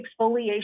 exfoliation